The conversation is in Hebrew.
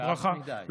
זה מעט מדי.